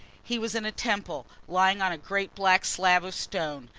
he was in a temple, lying on a great black slab of stone,